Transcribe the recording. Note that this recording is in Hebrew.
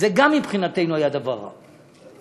שגם זה מבחינתנו היה דבר רע.